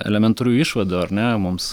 elementarių išvadų ar ne mums